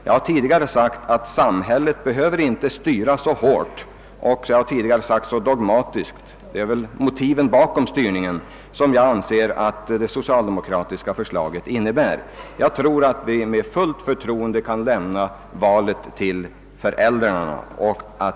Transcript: Jag har tidigare sagt att samhället inte behöver styra så hårt som sker i det föreliggande förslaget. Jag anser därför att motiven bakom det socialdemokratiska förslaget inte är hållbara. Jag anser att vi med fullt förtroende kan lämna valet till föräldrarna.